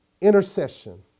intercession